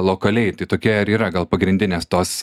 lokaliai tai tokia yra gal pagrindinės tos